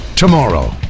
Tomorrow